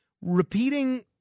repeating